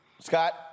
Scott